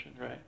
right